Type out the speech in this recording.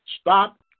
Stop